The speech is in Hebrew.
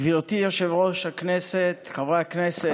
גברתי יושבת-ראש הישיבה, חברי הכנסת,